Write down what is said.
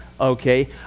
okay